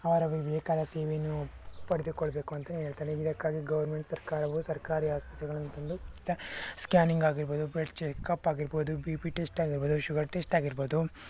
ಅವರವರಿಗೆ ಬೇಕಾದ ಸೇವೆಯನ್ನು ಪಡೆದುಕೊಳ್ಳಬೇಕು ಅಂತಲೇ ಹೇಳ್ತಾರೆ ಇದಕ್ಕಾಗಿ ಗೌರ್ಮೆಂಟ್ ಸರ್ಕಾರವು ಸರ್ಕಾರಿ ಆಸ್ಪತ್ರೆಗಳನ್ನು ತಂದು ಸ್ಕ್ಯಾನಿಂಗ್ ಆಗಿರ್ಬೋದು ಬೆಡ್ ಚೆಕ್ ಅಪ್ ಆಗಿರ್ಬೋದು ಬಿ ಪಿ ಟೆಸ್ಟ್ ಆಗಿರ್ಬೋದು ಶುಗರ್ ಟೆಸ್ಟ್ ಆಗಿರ್ಬೋದು